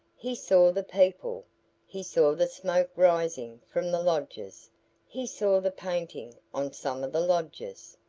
he saw the people he saw the smoke rising from the lodges he saw the painting on some of the lodges.